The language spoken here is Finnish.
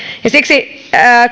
siksi